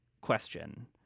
question